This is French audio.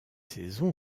saison